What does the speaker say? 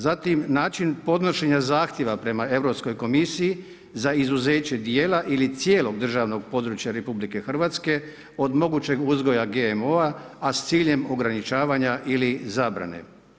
Zatim način podnošenja zahtjeva prema Europskoj komisiji za izuzeće djela ili cijelog državnog područja RH od mogućeg uzgoja GMO-a a s ciljem ograničavanja ili zabrane.